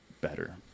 better